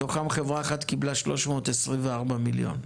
מתוכן חברה אחת קיבלה 324 מיליון ₪.